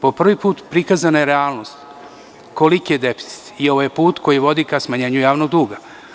Po prvi put, prikazana je realnost, koliki je deficit i ovaj put koji vodi ka smanjenju javnog duga.